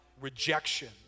rejection